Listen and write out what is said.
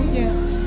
yes